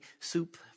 soup